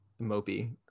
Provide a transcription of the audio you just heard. mopey